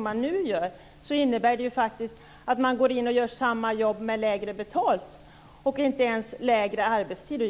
det nu fungerar innebär det faktiskt att dessa personer går in och gör samma jobb mot lägre betalning och inte ens med kortare arbetstid.